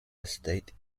estate